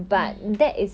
mm